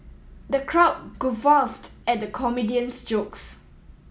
the crowd guffawed at the comedian's jokes